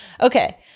Okay